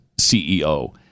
CEO